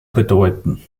bedeuten